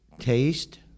Taste